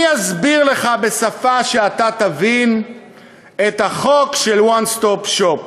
אני אסביר לך בשפה שאתה תבין את החוק של One Stop Shop,